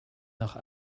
nach